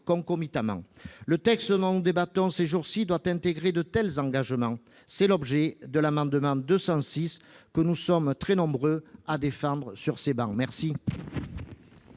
concomitamment. Le texte dont nous débattons ces jours-ci doit intégrer de tels engagements. C'est l'objet de l'amendement n° 206 rectifié, que nous sommes très nombreux à défendre sur ces travées.